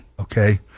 Okay